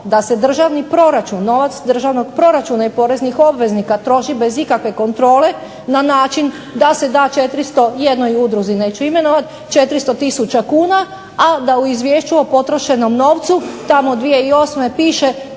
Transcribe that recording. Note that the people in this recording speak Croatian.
da se državni proračun, novac državnog proračuna i poreznih obveznika troši bez ikakve kontrole na način da se da 400 jednoj udruzi, neću imenovat, 400 tisuća kuna, a da u izvješću o potrošenom novcu tamo 2008. piše